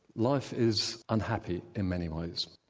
life is unhappy in many ways.